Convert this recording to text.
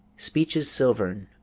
speech is silvern,